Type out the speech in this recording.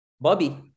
Bobby